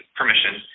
permission